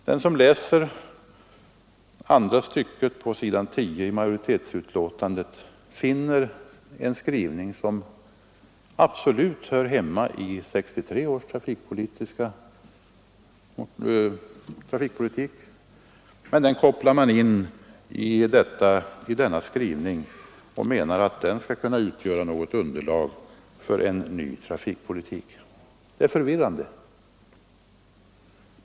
Den som läser översta stycket på s. 10 i majoritetsutlåtandet finner en skrivning som absolut hör hemma i 1963 års trafikpolitik. Och den menar man skall kunna utgöra underlag för en ny trafikpolitik. Det är förvirrande.